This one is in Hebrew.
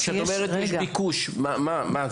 כשאת אומרת: "יש ביקוש" כמה?